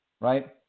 right